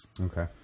Okay